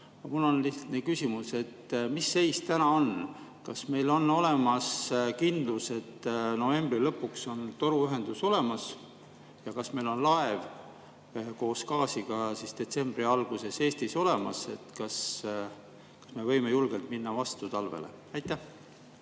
mul on lihtne küsimus. Mis seis täna on? Kas meil on olemas kindlus, et novembri lõpuks on toruühendus olemas ja kas meil on laev koos gaasiga detsembri alguses Eestis olemas? Kas me võime julgelt talvele vastu minna? Aitäh,